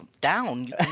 down